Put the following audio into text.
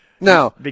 Now